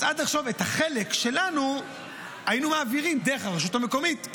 את החלק שלנו היינו מעבירים דרך הרשות המקומית,